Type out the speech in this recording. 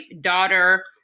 daughter